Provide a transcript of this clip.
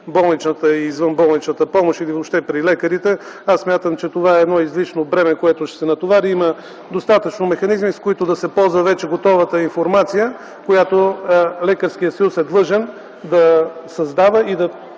болничната и извънболничната помощ, и въобще при лекарите, аз смятам, че това е едно излишно бреме, с което ще се натовари. Има достатъчно механизми, от които да се ползва вече готовата информация, която Лекарският съюз е длъжен да създава и да